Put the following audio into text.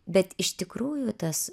bet iš tikrųjų tas